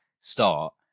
start